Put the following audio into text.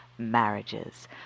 marriages